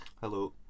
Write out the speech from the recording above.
Hello